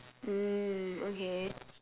mm okay